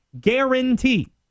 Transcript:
guarantee